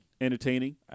entertaining